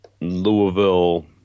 Louisville